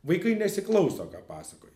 vaikai nesiklauso ką pasakoji